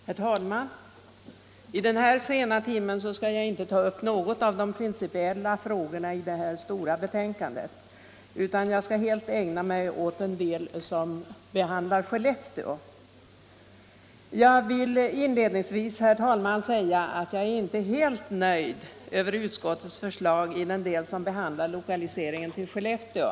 Herr talman! Vid denna sena timme skall jag inte ta upp någon av de principiella frågorna i detta stora betänkande, utan jag skall helt ägna mig åt den del som behandlar Skellefteå. Jag vill inledningsvis, herr talman, säga att jag inte är helt nöjd med utskottets förslag i den del det behandlar lokaliseringen till Skellefteå.